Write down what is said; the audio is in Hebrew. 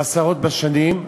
עשרות בשנים,